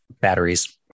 batteries